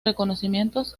reconocimientos